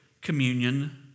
communion